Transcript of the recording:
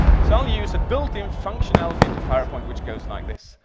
so, i'll use a built-in functionality into powerpoint, which goes like this.